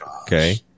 Okay